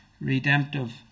redemptive